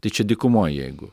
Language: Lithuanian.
tai čia dykumoj jeigu